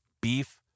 beef